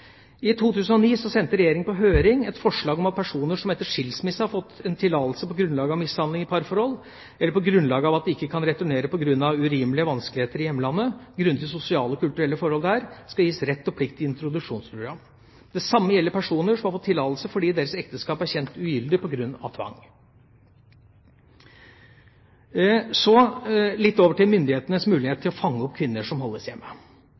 I 2009 sendte Regjeringa på høring et forslag om at personer som etter skilsmisse har fått en tillatelse på grunnlag av mishandling i parforhold eller på grunnlag av at de ikke kan returnere på grunn av urimelige vanskeligheter i hjemlandet grunnet de sosiale og kulturelle forhold der, skal gis rett og plikt til introduksjonsprogram. Det samme gjelder personer som har fått tillatelse fordi deres ekteskap er kjent ugyldig på grunn av tvang. Så over til myndighetenes mulighet til å fange opp kvinner som holdes hjemme.